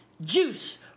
juice